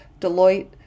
Deloitte